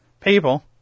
people